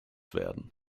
werden